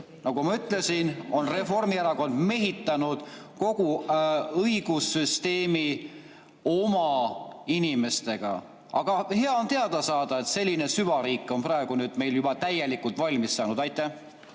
nagu ma ütlesin, on Reformierakond mehitanud kogu õigussüsteemi oma inimestega. Aga hea on teada saada, et selline süvariik on praegu meil juba täielikult valmis saanud. Aitäh,